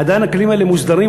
עדיין הכלים האלה מוסדרים,